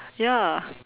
ya